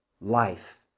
life